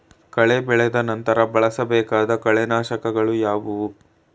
ಕಳೆ ಬೆಳೆದ ನಂತರ ಬಳಸಬೇಕಾದ ಕಳೆನಾಶಕಗಳು ಯಾವುವು?